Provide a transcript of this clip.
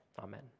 Amen